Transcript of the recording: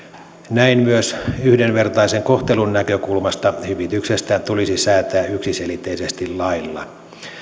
näin myös yhdenvertaisen kohtelun näkökulmasta hyvityksestä tulisi säätää yksiselitteisesti lailla